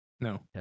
No